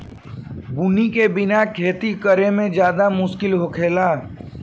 बुनी के बिना खेती करेमे ज्यादे मुस्किल होखेला